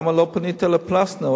למה לא פנית לפלסנר?